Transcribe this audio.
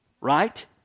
Right